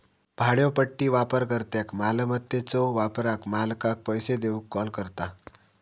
भाड्योपट्टी वापरकर्त्याक मालमत्याच्यो वापराक मालकाक पैसो देऊक कॉल करता